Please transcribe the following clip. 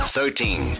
Thirteen